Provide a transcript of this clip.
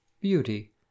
beauty